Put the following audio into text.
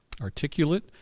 articulate